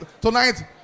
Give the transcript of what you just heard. tonight